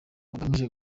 bugamije